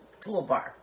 toolbar